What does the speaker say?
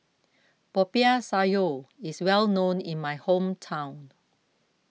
Popiah Sayur is well known in my hometown